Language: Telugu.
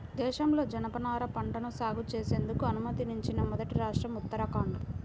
దేశంలో జనపనార పంటను సాగు చేసేందుకు అనుమతించిన మొదటి రాష్ట్రం ఉత్తరాఖండ్